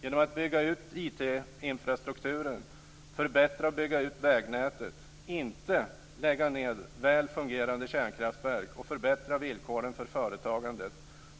Genom att bygga ut IT-infrastrukturen, förbättra och bygga ut vägnätet, inte lägga ned väl fungerande kärnkraftverk och förbättra villkoren för företagandet